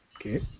Okay